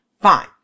Fine